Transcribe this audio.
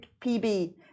PB